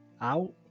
out